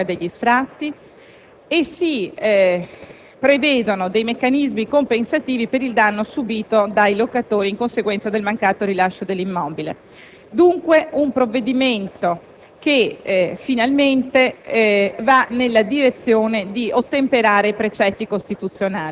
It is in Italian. si previene la censura relativa all'indiscriminata sospensione e proroga degli sfratti e si prevedono dei meccanismi compensativi per il danno subito dai locatori in conseguenza del mancato rilascio dell'immobile. Un provvedimento,